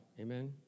Amen